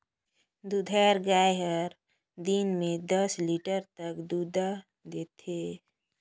दूधाएर गाय हर दिन में दस लीटर तक दूद देथे